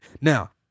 Now